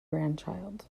grandchild